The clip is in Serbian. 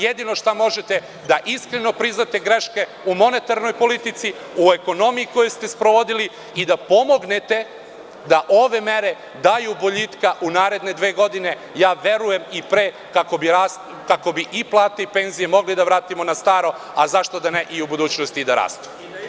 Jedino šta možete, da iskreno priznate greške u monetarnoj politici, u ekonomiji koju ste sprovodili i da pomognete da ove mere daju boljitka u naredne dve godine, a ja verujem i pre, kako bi i penzije i plate mogli da vratimo na staro, a zašto da ne u budućnosti i da rastu.